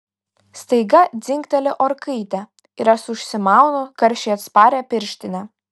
staiga dzingteli orkaitė ir aš užsimaunu karščiui atsparią pirštinę